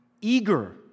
eager